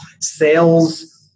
sales